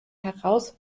heraus